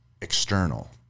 external